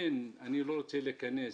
בין אם היא מובנת